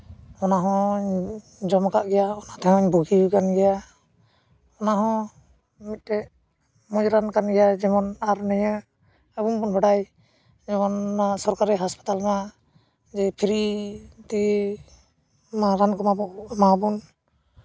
ᱚᱱᱟ ᱦᱚᱸᱧ ᱡᱚᱢᱟᱠᱟᱫ ᱜᱮᱭᱟ ᱚᱱᱟ ᱛᱮᱦᱚᱸᱧ ᱵᱩᱜᱤ ᱟᱠᱟᱱ ᱜᱮᱭᱟ ᱚᱱᱟᱦᱚᱸ ᱢᱤᱫᱴᱮᱡ ᱢᱚᱡᱽ ᱨᱟᱱ ᱠᱟᱱ ᱜᱮᱭᱟ ᱡᱮᱢᱚᱱ ᱟᱨ ᱱᱤᱭᱟᱹ ᱟᱵᱚ ᱦᱚᱸᱵᱚᱱ ᱵᱟᱰᱟᱭ ᱡᱮᱢᱚᱱ ᱱᱚᱣᱟ ᱥᱚᱨᱠᱟᱨᱤ ᱦᱟᱥᱯᱟᱛᱟᱞ ᱢᱟ ᱡᱮ ᱯᱷᱨᱤ ᱛᱮ ᱚᱱᱟ ᱨᱟᱱ ᱠᱚᱢᱟ ᱠᱚ ᱮᱢᱟᱣᱵᱚᱱ